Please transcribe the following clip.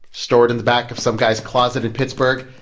stored in the back of some guy's closet in pittsburgh.